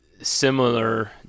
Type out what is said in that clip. Similar